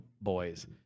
boys